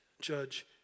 judge